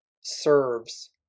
serves